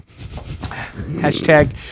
Hashtag